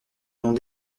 long